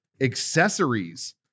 accessories